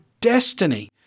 destiny